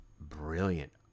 brilliant